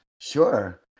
Sure